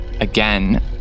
again